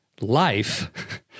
life